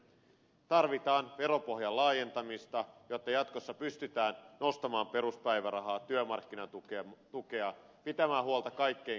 tarvitaan veropohjan laajentamista jotta jatkossa pystytään nostamaan peruspäivärahaa työmarkkinatukea pitämään huolta kaikkein köyhimmistä